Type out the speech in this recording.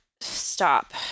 stop